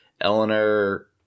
Eleanor